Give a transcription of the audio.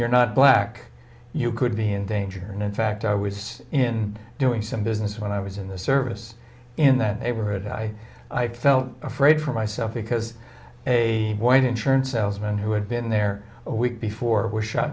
you're not black you could be in danger and in fact i was in doing some business when i was in the service in that neighborhood i felt afraid for myself because a white insurance salesman who had been there a week before was shot